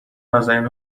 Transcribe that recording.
نــازنین